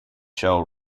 shell